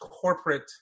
corporate